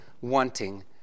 wanting